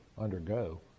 undergo